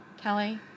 kelly